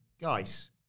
Guys